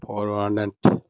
permanent